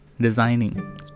Designing